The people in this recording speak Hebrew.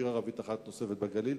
עיר ערבית אחת נוספת בגליל.